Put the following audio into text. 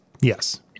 Yes